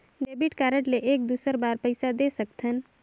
Debit card ले एक दुसर बार पइसा दे सकथन?